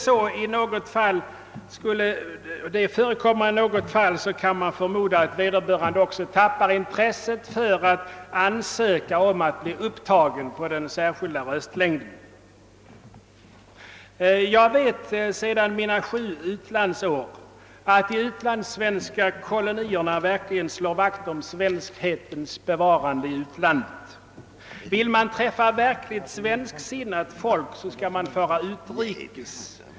Skulle något sådant förekoma i något fall kan man förmoda att vederbörande även tappar intresset för att ansöka om att bli upptagen i den särskilda röstlängden. Jag vet efter mina sju utlandsår att de utlandssvenska kolonierna verkligen slår vakt om svenskhetens bevarande i utlandet. Vill man träffa särdeles svensksinnat folk skall man fara utrikes.